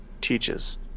teaches